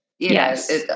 Yes